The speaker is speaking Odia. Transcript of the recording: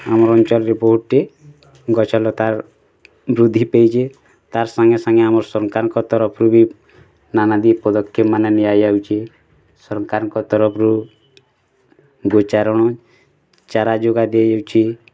ଆମ ଅଞ୍ଚଲରେ ବହୁତ୍ଟେ ଗଛ ଲତା ବୃଦ୍ଧି ପାଇଛି ତା ସାଙ୍ଗେ ସାଙ୍ଗେ ଆମ ସରକାରଙ୍କ ତରଫରୁ ବି ନାନାଦି ପଦକ୍ଷେପ ମାନେ ନିଆ ଯାଉଛି ସରକାରଙ୍କ ତରଫରୁ ଗୋଚାରନ୍ ଚାରା ଯୋଗାଇ ଦିଆଯାଉଛି